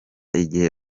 igihe